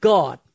God